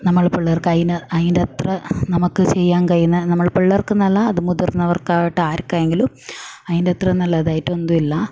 നമ്മുടെ പിള്ളെർക്ക് അതിന് അതിൻ്റെ അത്ര നമുക്ക് ചെയ്യാൻ കഴിയുന്ന നമ്മൾ പിള്ളെർക്ക് എന്നല്ല അത് മുതിർന്നവർക്കാകട്ടെ ആർക്ക് എങ്കിലും അതിൻ്റെ അത്ര നല്ലതായിട്ട് ഒന്നുമില്ല